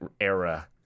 era